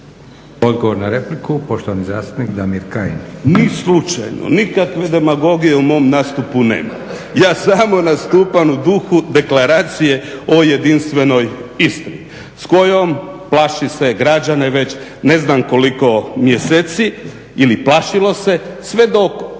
Odgovor na repliku, poštovani zastupnik Damir Kajin. **Kajin, Damir (Nezavisni)** Ni slučajno, nikakve demagogije u mom nastupu nema. Ja samo nastupam u duhu deklaracije o jedinstvenoj Istri s kojom plaši se građane već ne znam koliko mjeseci ili plašilo se sve dok